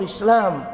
Islam